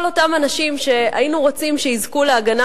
כל אותם אנשים שהיינו רוצים שיזכו להגנה